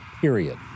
period